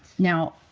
now,